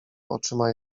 oczyma